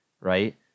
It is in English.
right